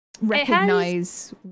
recognize